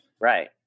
Right